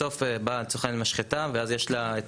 בסוף באה לצורך העניין משחטה ואז יש לה את